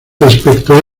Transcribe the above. respecto